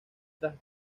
tras